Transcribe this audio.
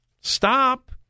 Stop